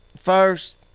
first